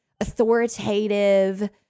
authoritative